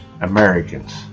Americans